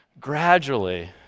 Gradually